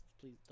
please